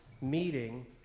meeting